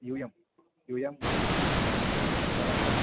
यूयं यूयं गुरवः